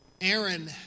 Aaron